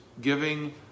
giving